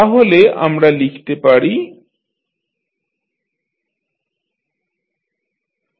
তাহলে আমরা লিখতে পারি RitLdidt1Cidte